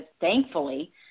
thankfully